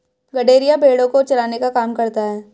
गड़ेरिया भेड़ो को चराने का काम करता है